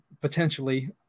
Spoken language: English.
potentially